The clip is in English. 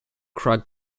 crack